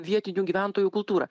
vietinių gyventojų kultūrą